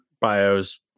bios